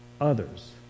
others